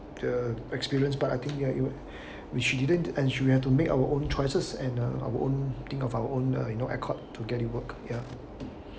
the experience but I think you are you know which she didn't and you we have to make our own choices and and think of our own uh you know uh ad hoc to get it work ya